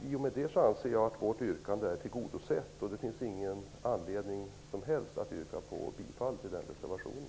I och med det anser jag att vårt yrkande är tillgodosett. Det finns ingen anledning att yrka bifall till den reservationen.